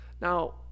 Now